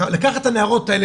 לקחת את הנערות האלה,